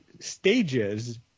stages